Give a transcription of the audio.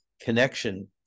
connection